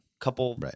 couple